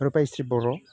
रुपाइस्रि बर'